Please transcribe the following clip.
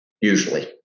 usually